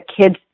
kids